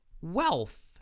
wealth